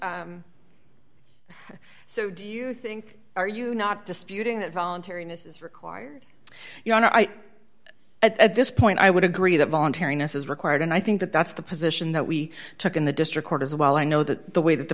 you so do you think are you not disputing that voluntariness is required you are right at this point i would agree that voluntary ness is required and i think that that's the position that we took in the district court as well i know that the way that the